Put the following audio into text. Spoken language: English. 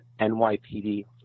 NYPD